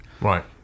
Right